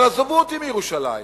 אבל עזבו אותי מירושלים.